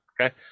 okay